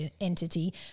entity